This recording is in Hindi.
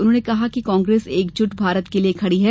उन्होंने कहा कि कांग्रेस एकजुट भारत के लिए खड़ी है